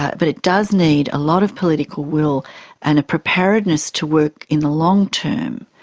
but it does need a lot of political will and preparedness to work in the long term.